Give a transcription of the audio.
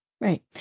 Right